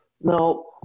no